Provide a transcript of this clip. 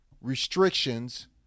restrictions